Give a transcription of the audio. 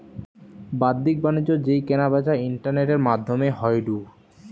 বাদ্দিক বাণিজ্য যেই কেনা বেচা ইন্টারনেটের মাদ্ধমে হয়ঢু